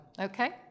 okay